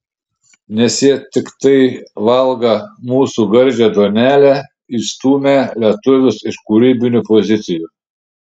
nes jie tiktai valgą mūsų gardžią duonelę išstumią lietuvius iš kūrybinių pozicijų